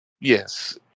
Yes